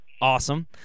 awesome